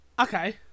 okay